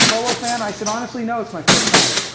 polo fan? i said, honestly, no. it's my first time.